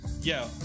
yo